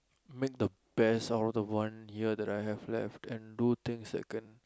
make the best out of the one year that I have left and do things that can